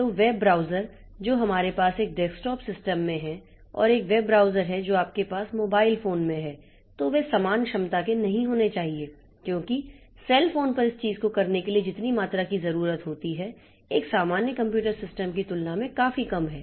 तो web browser जो हमारे पास एक डेस्कटॉप सिस्टम में है और एक वेब ब्राउज़र है जो आपके पास मोबाइल फोन में है तो वे समान क्षमता के नहीं होने चाहिए क्योंकि सेल फोन पर इस चीज़ को करने के लिए जितनी मात्रा की जरूरत होती है एक सामान्य कंप्यूटर सिस्टम की तुलना में काफी कम है